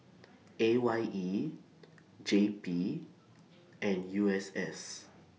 A Y E J P and U S S